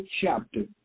chapter